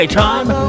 time